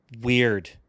weird